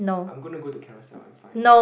I'm gonna go to carousel and find one